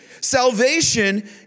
Salvation